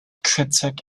critic